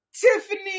Tiffany